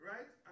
Right